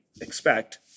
expect